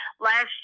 Last